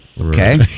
Okay